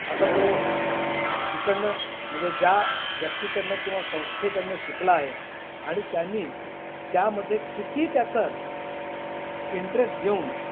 आता तो जिकडनं म्हणजे ज्या व्यक्तीकडनं किंवा संस्थेकडनं शिकला आहे आणि त्यांनी त्यामध्ये किती त्याचं इंटरेस्ट घेऊन